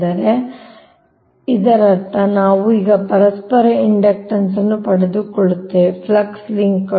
ಆದ್ದರಿಂದ ಇದರರ್ಥ ನಾವು ಈಗ ಪರಸ್ಪರ ಇಂಡಕ್ಟನ್ಸ್ ಅನ್ನು ಪಡೆದುಕೊಂಡಿದ್ದೇವೆ ಫ್ಲಕ್ಸ್ ಲಿಂಕ್ಗಳು